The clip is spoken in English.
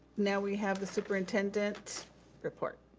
now we have the superintendent report.